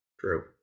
True